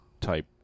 type